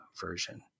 version